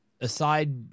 aside